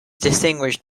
distinguished